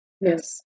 Yes